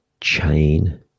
chain